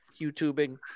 YouTubing